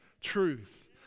truth